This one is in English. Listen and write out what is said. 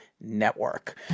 Network